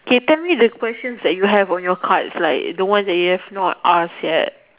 okay tell me the questions that you have on the cards that you have not asked yet